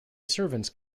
servants